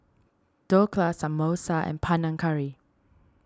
Dhokla Samosa and Panang Curry